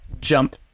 jump